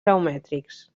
geomètrics